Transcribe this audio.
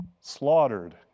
slaughtered